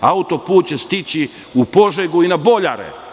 Auto-put će stići u Požegu i na Boljare.